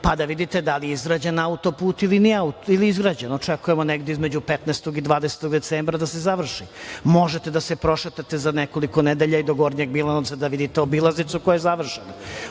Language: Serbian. pa da vidite da li je izgrađen autoput. Očekujemo negde između 15. i 20. decembra da se završi. Možete da se prošetate za nekoliko nedelja i do Gornjeg Milanovca, da vidite obilaznicu koja je završena.